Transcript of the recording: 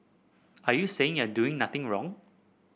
are you saying you're doing nothing wrong